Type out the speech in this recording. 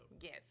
Yes